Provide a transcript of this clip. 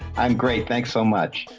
i'm great. thanks so much.